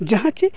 ᱡᱟᱦᱟᱸ ᱪᱮ